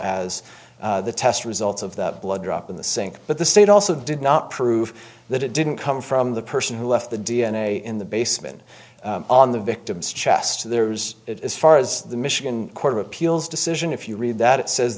know as the test results of the blood drop in the sink but the state also did not prove that it didn't come from the person who left the d n a in the basement on the victim's chest there is as far as the michigan court of appeals decision if you read that it says